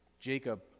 Jacob